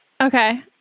Okay